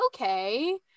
okay